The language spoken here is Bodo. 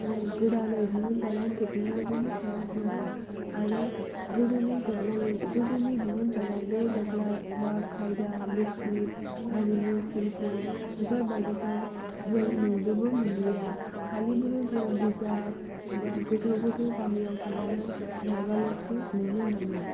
गोदानै दिहुनजानाय थेक्न'लजिनि सायाव सोनारो आरो गोदोनि थेक्न'लजि गोदोनि दिहुनजानाय दो दोख्ला एबा खायदा मिस्त्रि हारिमु शिल्प' बेफोरबायदिखौ जों नुनोबो मोनलिया खालिबोल' जों बिजाब एबा गोथौ गोथौ गामियाव थांनानै नायबाल'सो नुनो मोनो